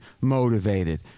motivated